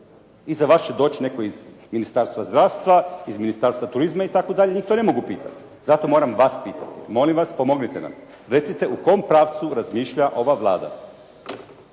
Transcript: Iza vas će doći netko iz Ministarstva zdravstva, iz Ministarstva turizma itd. Njih to ne mogu pitat. Zato moram vas pitati. Molim vas, pomognite nam, recite u kom pravcu razmišlja ova Vlada.